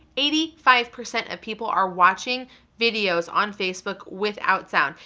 eighty five percent of people are watching videos on facebook without sound.